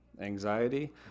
anxiety